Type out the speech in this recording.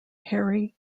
harry